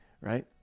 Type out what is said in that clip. right